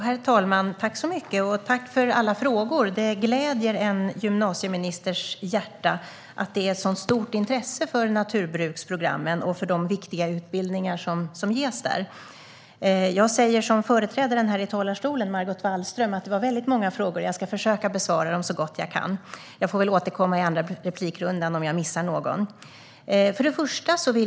Herr talman! Jag tackar för alla frågor. Det gläder en gymnasieministers hjärta att det är ett så stort intresse för naturbruksgymnasierna och de viktiga utbildningar som ges där. Jag säger som min företrädare här i talarstolen, Margot Wallström, att det var väldigt många frågor. Jag ska försöka att besvara dem så gott jag kan. Jag får väl återkomma i nästa runda om jag missar någon.